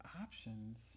Options